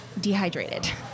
dehydrated